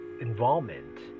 involvement